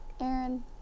Aaron